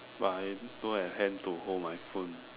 but I don't have hand to hold my phone